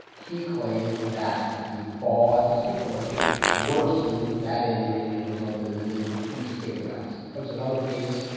he claimed that the fall at the supermarket worsened that injury and resulted in the need for two skin grafts. there but was another case,